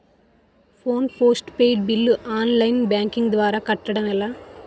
Phone postpaid bill online banking ద్వారా కట్టడం ఎలా?